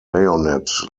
bayonet